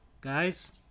guys